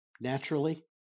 naturally